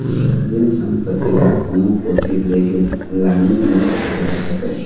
जेन संपत्ति ल कोनो कोती लेगे लाने नइ जा सकय